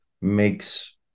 makes